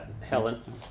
Helen